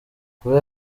kuva